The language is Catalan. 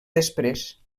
després